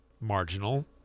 marginal